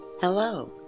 Hello